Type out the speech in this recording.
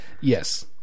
Yes